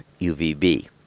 UVB